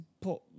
Put